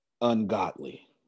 ungodly